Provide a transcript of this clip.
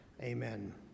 Amen